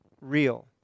real